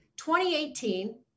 2018